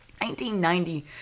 1990